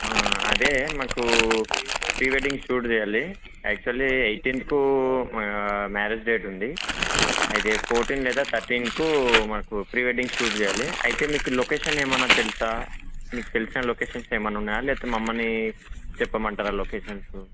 అదే మాకు pre wedding shoot చేయాలి యాక్చువల్లీ ఎయిటీన్త్కు మ్యారేజ్ డేట్ ఉంది అయితే ఫోర్టీన్ లేదా తర్టీన్కు మాకు ప్రీ వెడ్డింగ్ షూట్ చేయాలి అయితే మీకు లొకేషన్ ఏమన్నా తెలుసా మీకు తెలిసిన లొకేషన్స్ ఏమన్నా ఉన్నాయా లేకపోతే మమ్మల్ని చెప్పమంటారా లొకేషన్సు